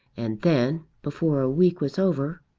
and then, before a week was over,